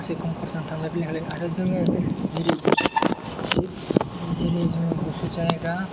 माखासे खम खरसाजों थांलाय फैलाय खालामनो आरो जोङो जेरै जोङो गुसु जायगा